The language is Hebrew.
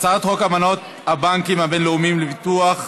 בעד, 76,